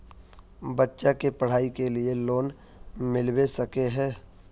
बच्चा के पढाई के लिए लोन मिलबे सके है?